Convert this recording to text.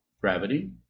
Gravity